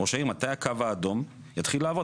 ראש העיר, מתי "הקו האדום" יתחיל לעבוד?